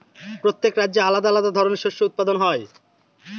প্রত্যেক রাজ্যে আলাদা আলাদা ধরনের শস্য উৎপাদন হয়